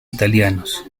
italianos